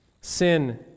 Sin